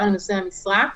וגם לנושאי משרה,